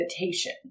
invitation